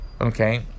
okay